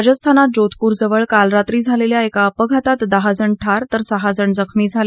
राजस्थानात जोधपूर जवळ काल रात्री झालेल्या एका अपघातात दहाजण ठार तर सहाजण जखमी झाले